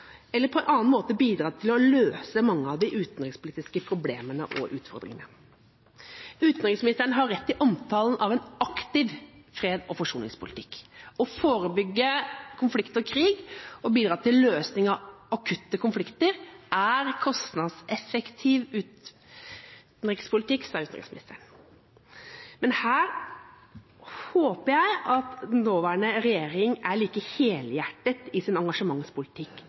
eller på annen måte bidra til å løse mange av de utenrikspolitiske problemene og utfordringene? Utenriksministeren har rett i omtalen av en aktiv fred- og forsoningspolitikk. «Å forebygge konflikt og krig og å bidra til løsning av akutte konflikter er kostnadseffektiv utenrikspolitikk,» sa utenriksministeren. Her håper jeg at den nåværende regjeringa er like helhjertet i sin engasjementspolitikk